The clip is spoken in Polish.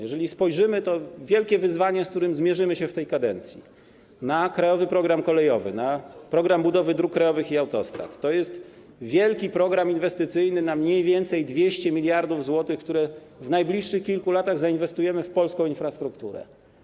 Jeżeli spojrzymy na to wielkie wyzwanie, z którym zmierzymy się w tej kadencji, na „Krajowy program kolejowy”, na „Program budowy dróg krajowych”, to okaże się, że jest to wielki program inwestycyjny na mniej więcej 200 mld zł, które w najbliższych kilku latach zainwestujemy w polską infrastrukturę.